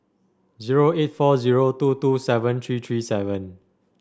zero eight four zero two two seven three three seven